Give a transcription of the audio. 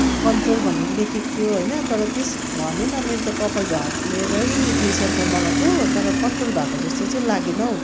control भनेर लेखिएको थियो होइन तर त्यस भनेन मेरो त कपाल झर्ने र त्यो स्याम्पो मगाएको तर कन्ट्रोल भएको जस्तो चाहिँ लागेन